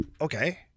Okay